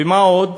ומה עוד?